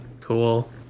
cool